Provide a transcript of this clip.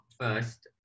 first